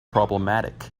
problematic